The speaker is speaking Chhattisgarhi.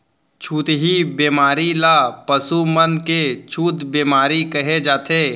छुतही बेमारी ल पसु मन के छूत बेमारी कहे जाथे